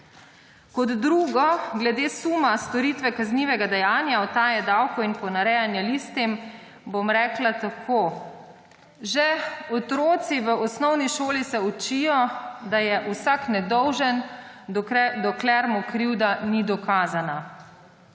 Kot drugo. Glede suma storitve kaznivega dejanja utaje davkov in ponarejanja listin bom rekla tako. Že otroci v osnovni šoli se učijo, da je vsak nedolžen, dokler mu krivda ni dokazana.